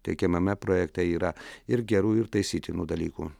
teikiamame projekte yra ir gerų ir taisytinų dalykų